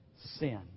sin